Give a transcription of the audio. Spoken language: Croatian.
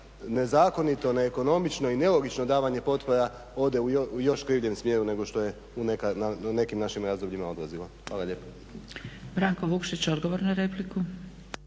nezakonito, neekonomično i nelogično davanje potpora ode u još krivljem smjeru nego što je u nekim našim razdobljima odlazila. Hvala lijepa.